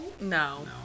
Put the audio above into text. No